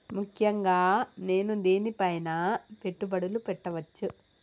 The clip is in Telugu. ముఖ్యంగా నేను దేని పైనా పెట్టుబడులు పెట్టవచ్చు?